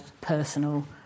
personal